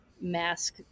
mask